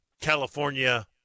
California